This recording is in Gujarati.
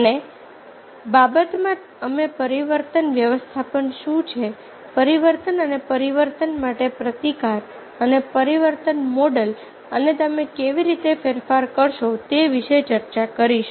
અને બાબતમાં અમે પરિવર્તન વ્યવસ્થાપન શું છે પરિવર્તન અને પરિવર્તન માટે પ્રતિકાર અને પરિવર્તન મોડલ અને તમે કેવી રીતે ફેરફારો કરશોતે વિષે ચર્ચા કરીશું